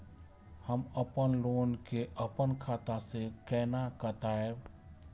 हम अपन लोन के अपन खाता से केना कटायब?